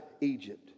Egypt